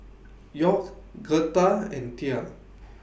York Girtha and Tia